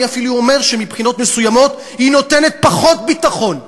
אני אפילו אומר שמבחינות מסוימות היא נותנת פחות ביטחון.